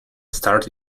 stared